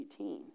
18